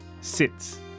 sits